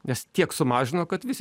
nes tiek sumažino kad visi